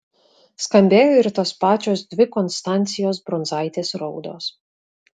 skambėjo ir tos pačios dvi konstancijos brundzaitės raudos